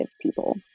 people